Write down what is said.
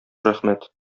рәхмәт